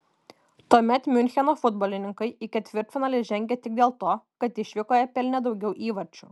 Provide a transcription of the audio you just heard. tuomet miuncheno futbolininkai į ketvirtfinalį žengė tik dėl to kad išvykoje pelnė daugiau įvarčių